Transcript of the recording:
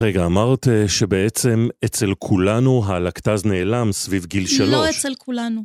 רגע, אמרת שבעצם אצל כולנו הלקטז נעלם סביב גיל שלוש. לא אצל כולנו!